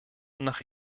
nach